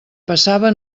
passava